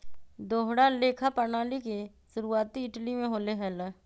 दोहरा लेखा प्रणाली के शुरुआती इटली में होले हल